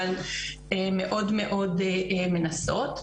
אבל מאוד מאוד מנסות,